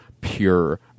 pure